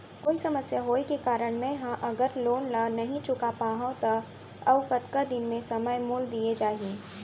कोई समस्या होये के कारण मैं हा अगर लोन ला नही चुका पाहव त अऊ कतका दिन में समय मोल दीये जाही?